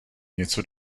něco